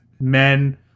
men